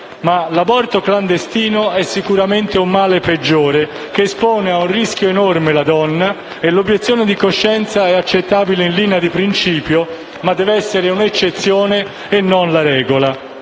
ma l'aborto clandestino è sicuramente un male peggiore, che espone ad un rischio enorme la donna. L'obiezione di coscienza è accettabile in linea di principio, ma deve essere un'eccezione e non la regola.